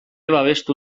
babestu